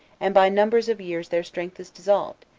and by numbers of years their strength is dissolved,